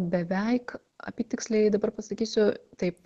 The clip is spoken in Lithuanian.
beveik apytiksliai dabar pasakysiu taip